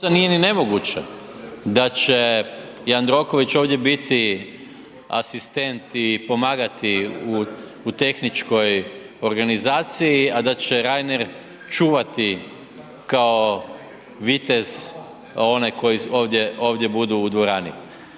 nije ni nemoguće, da će Jandroković ovdje biti asistent i pomagati u tehničkoj organizaciji, a da je Reiner čuvati kao vitez onaj koji ovdje budu u dvorani.